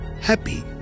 Happy